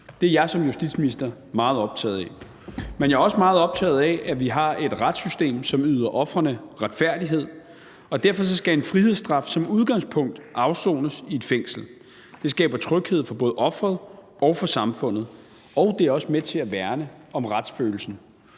Det er jeg som justitsminister meget optaget af. Men jeg er også meget optaget af, at vi har et retssystem, som yder ofrene retfærdighed. Derfor skal en frihedsstraf som udgangspunkt afsones i et fængsel. Det skaber tryghed for både offeret og samfundet, og det er også med til at værne om retsfølelsen.